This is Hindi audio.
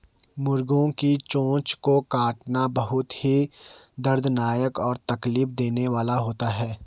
मुर्गियों की चोंच को काटना बहुत ही दर्दनाक और तकलीफ देने वाला होता है